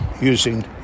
using